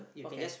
okay